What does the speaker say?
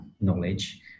knowledge